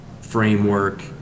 framework